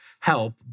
help